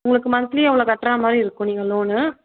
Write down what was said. உங்களுக்கு மந்த்லி இவ்வளோ கட்டுற மாதிரி இருக்கும் நீங்கள் லோனு